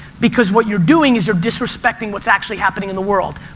because what you're doing is you're disrespecting what's actually happening in the world.